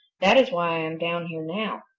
that is why i am down here now.